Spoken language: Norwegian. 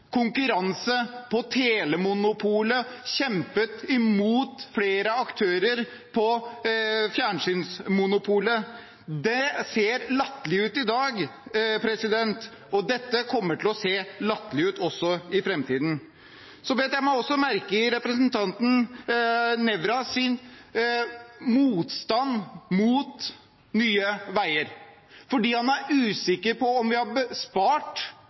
konkurranse på telemonopolet og imot flere aktører på fjernsynsmonopolet. Det ser latterlig ut i dag, og dette kommer til å se latterlig ut i framtiden. Jeg bet meg også merke i representanten Nævras motstand mot Nye veier fordi han er usikker på om vi har